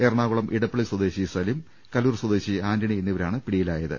എറണാകുളം ഇടപ്പള്ളി സ്വദേശി സലിം കലൂർ സ്വദേശി ആന്റണി എന്നിവരാണ് പിടി യിലായത്